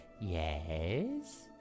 yes